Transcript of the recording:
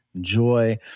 joy